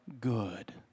good